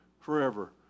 forever